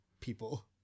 people